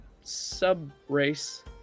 sub-race